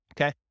okay